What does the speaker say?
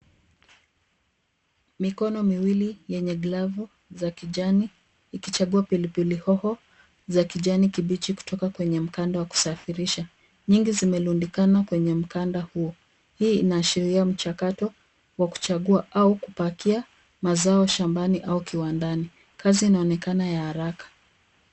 Mikono miwili yenye glavu za kijani ikichagua pilipili hoho za kijani kibichi kutoka kwenye mkanda wa kusafirisha. Nyingi zimerundikana kwenye mkanda huo. Hii inaashiria mchakato wa kuchagua au kupakia mazao shambani au kiwandani. Kazi inaonekana ya haraka.